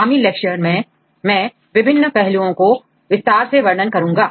आगामी लेक्चर में मैं विभिन्न पहलुओं का विस्तार से वर्णन करूंगा